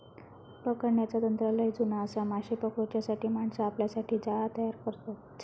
पकडण्याचा तंत्र लय जुना आसा, माशे पकडूच्यासाठी माणसा आपल्यासाठी जाळा तयार करतत